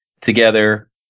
together